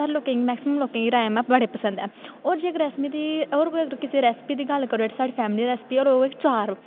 हर लोकें गी मैक्सिमम लोकें गी राजमाह् बड़े पसंद ऐ होर जेकर अस में होर किसे रेसिपी दी गल्ल करचै साढ़ी फैमिली दी रेसिपी होर ओह् चार